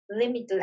limitless